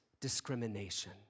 discrimination